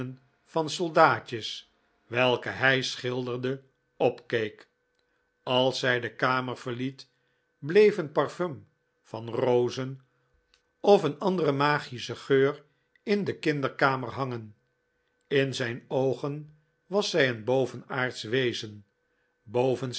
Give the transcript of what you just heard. van soldaatjes welke hij schilderde opkeek als zij de kamer verliet bleef een parfum van rozen of een andere magische geur in de kinderkamer hangen in zijn oogen was zij een bovenaardsch wezen boven